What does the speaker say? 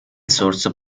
source